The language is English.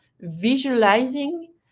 visualizing